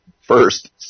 first